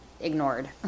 ignored